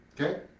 Okay